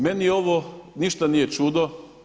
Meni ovo ništa nije čudo.